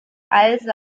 also